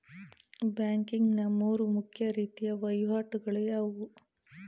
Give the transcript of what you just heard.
Banking ನ ಮೂರು ಮುಖ್ಯ ರೀತಿಯ ವಹಿವಾಟುಗಳು ಯಾವುವು?